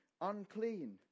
unclean